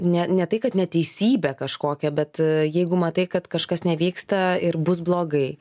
ne ne tai kad neteisybę kažkokią bet jeigu matai kad kažkas nevyksta ir bus blogai